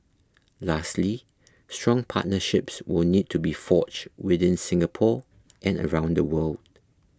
lastly strong partnerships will need to be forged within Singapore and around the world